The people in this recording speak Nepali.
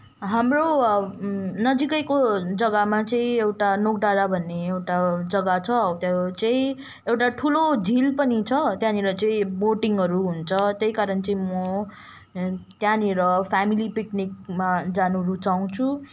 हाम्रो नजिकैको जग्गामा चाहिँ एउटा नोकडाँडा भन्ने एउटा जग्गा छ त्यो चाहिँ एउटा ठुलो झिल पनि छ त्यहाँनिर चाहिँ बोटिङहरू हुन्छ त्यही कारण चाहिँ म त्यहाँनिर फ्यामिली पिकनिकमा जान रुचाउँछु